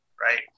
right